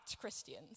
Christians